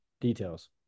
details